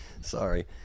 Sorry